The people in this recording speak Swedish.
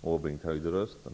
Måbrink höjde rösten.